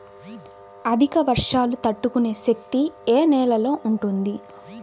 అధిక వర్షాలు తట్టుకునే శక్తి ఏ నేలలో ఉంటుంది?